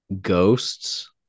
ghosts